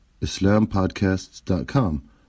IslamPodcasts.com